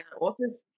authors